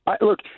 Look